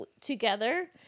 together